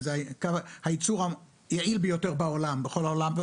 זה הייצור היעיל ביותר בכל העולם.